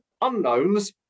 unknowns